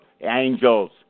angels